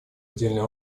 отдельный